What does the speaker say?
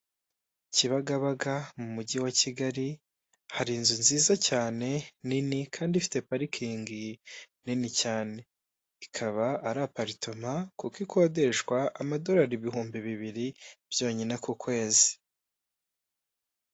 Kibagabaga mu mujyi wa Kigali hari inzu nziza cyane nini kandi ifite parikingi nini cyane, ikaba ari aparitoma kuko ikodeshwa amadorari ibihumbi bibiri byonyine ku kwezi.